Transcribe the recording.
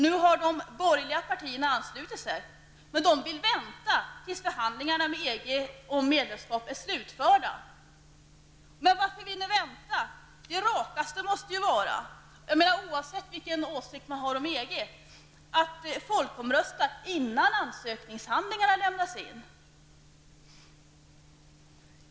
Nu har de borgerliga partierna anslutit sig, men de vill vänta tills förhandlingarna med EG om medlemskap är slutförda. Men varför vill ni vänta? Det rakaste måste ju vara, oavsett vilken åsikt man har om EG, att folkomrösta innan ansökningshandlingarna lämnas in.